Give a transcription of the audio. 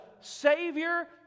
Savior